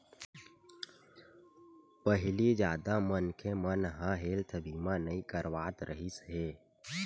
पहिली जादा मनखे मन ह हेल्थ बीमा नइ करवात रिहिस हे